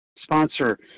sponsor